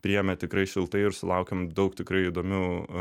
priėmė tikrai šiltai ir sulaukėm daug tikrai įdomių